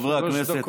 חברי הכנסת,